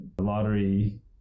lottery